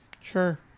Sure